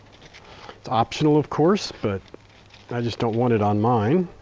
it's optional of course, but i just don't want it on mine.